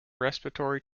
respiratory